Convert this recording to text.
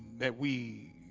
that we